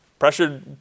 pressured